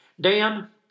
Dan